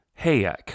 Hayek